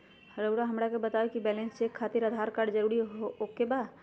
रउआ हमरा के बताए कि बैलेंस चेक खातिर आधार कार्ड जरूर ओके बाय?